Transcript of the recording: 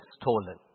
stolen